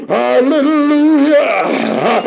hallelujah